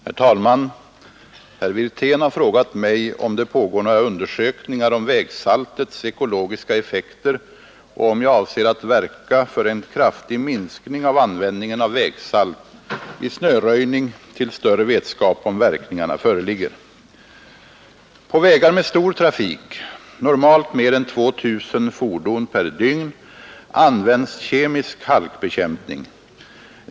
Herr talman! Herr Wirtén har frågat mig om det pågår några undersökningar om vägsaltets ekologiska effekter och om jag avser att verka för en kraftig minskning av användningen av vägsalt vid snöröjning tills större vetskap om verkningarna föreligger. På vägar med stor trafik — normalt mer än 2 000 fordon per dygn — används kemisk halkbekämpning.